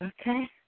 Okay